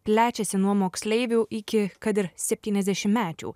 plečiasi nuo moksleivių iki kad ir septyniasdešimtmečių